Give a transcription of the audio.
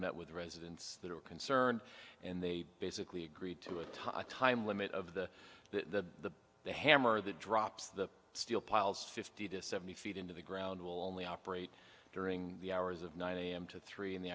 met with residents that are concerned and they basically agreed to a tough time limit of the the the hammer that drops the steel piles fifty to seventy feet into the ground only operate during the hours of nine am to three in the